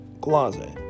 Closet